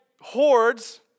hordes